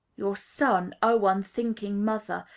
your son, o unthinking mother!